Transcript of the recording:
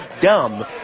dumb